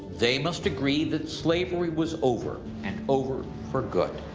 they must agree that slavery was over and over for good.